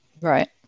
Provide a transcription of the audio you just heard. Right